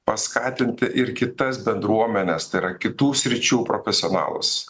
paskatinti ir kitas bendruomenes tai yra kitų sričių profesionalus